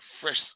fresh